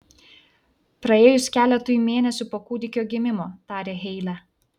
praėjus keletui mėnesių po kūdikio gimimo tarė heile